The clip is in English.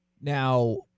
now